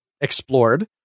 explored